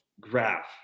graph